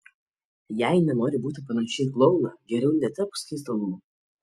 jei nenori būti panaši į klouną geriau netepk skaistalų